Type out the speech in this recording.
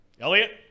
Elliot